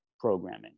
programming